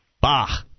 Bah